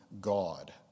God